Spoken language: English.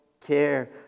care